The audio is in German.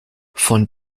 von